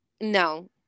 No